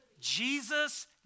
Jesus